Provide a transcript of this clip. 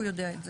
הוא יודע את זה.